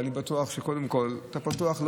אבל אני בטוח שקודם כול אתה פתוח,